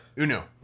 Uno